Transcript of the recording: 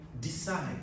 Decide